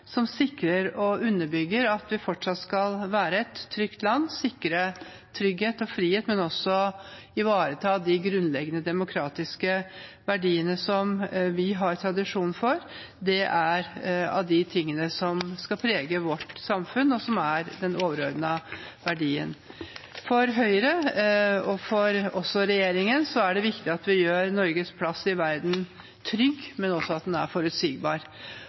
som sikrer og underbygger at vi fortsatt skal være et trygt land, sikre trygghet og frihet, men også ivareta de grunnleggende demokratiske verdiene som vi har tradisjon for, er av de tingene som skal prege vårt samfunn, og som er den overordnede verdien. For Høyre og også for regjeringen er det viktig at vi gjør Norges plass i verden trygg, men også at den er forutsigbar.